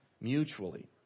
mutually